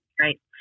right